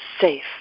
safe